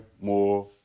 more